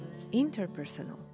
interpersonal